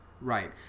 Right